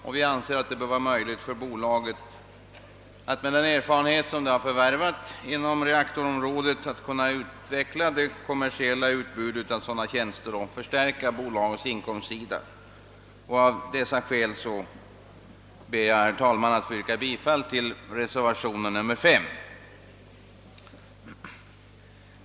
Vi anser därför att det bör vara möjligt för bolaget att med den erfarenhet som det förvärvat inom reaktorområdet kunna utveckla det kommersiella utbytet av sådana tjänster och förstärka bolagets inkomstsida. Av dessa skäl ber jag, herr talman, att få yrka bifall till reservation nr 5.